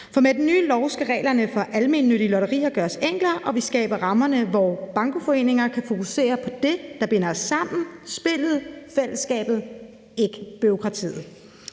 For med den nye lov skal reglerne for almennyttige lotterier gøres enklere, og vi skaber rammerne, så bankoforeningerne kan fokusere på det, der binder sammen: spillet og fællesskabet, ikke bureaukratiet.